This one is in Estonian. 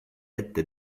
ette